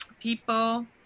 people